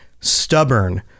stubborn